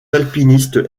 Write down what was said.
alpinistes